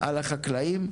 על החקלאים.